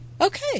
Okay